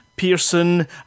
Pearson